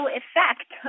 effect